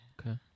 Okay